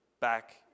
back